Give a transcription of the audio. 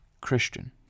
Christian